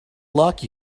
luck